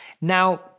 Now